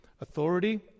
authority